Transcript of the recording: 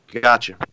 Gotcha